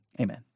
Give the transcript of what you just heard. Amen